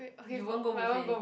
you won't go buffet